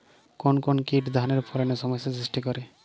কোন কোন কীট ধানের ফলনে সমস্যা সৃষ্টি করে?